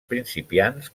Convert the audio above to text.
principiants